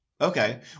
Okay